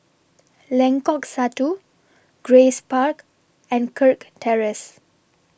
Lengkok Satu Grace Park and Kirk Terrace